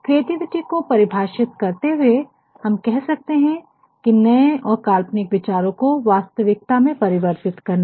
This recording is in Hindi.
क्रिएटिविटी को परिभाषित करते हुए हम कह सकते हैं कि नए और काल्पनिक विचारों को वास्तविकता में परिवर्तित करना